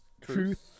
Truth